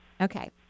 Okay